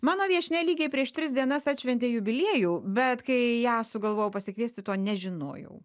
mano viešnia lygiai prieš tris dienas atšventė jubiliejų bet kai ją sugalvojau pasikviesti to nežinojau